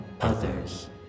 others